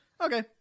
okay